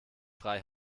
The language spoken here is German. frei